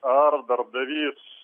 ar darbdavys